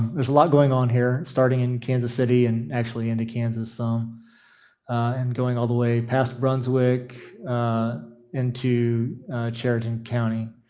there's a lot going on here starting in kansas city and actually into kansas some and going all the way past brunswick into chariton county.